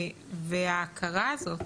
אז ההכרה הזאת